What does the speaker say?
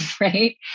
right